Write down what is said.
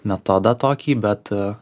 metodą tokį bet